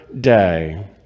day